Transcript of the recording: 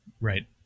Right